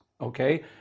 okay